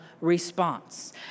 response